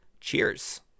cheers